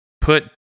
put